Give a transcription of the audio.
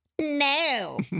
no